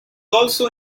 also